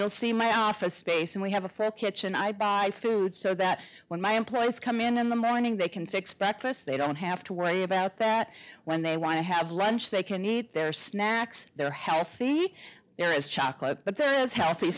you'll see my office space and we have a fair kitchen i buy food so that when my employees come in in the morning they can fix breakfast they don't have to worry about that when they want to have lunch they can eat their snacks they're healthy there is chocolate but there is healthy